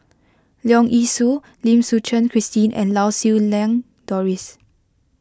Leong Yee Soo Lim Suchen Christine and Lau Siew Lang Doris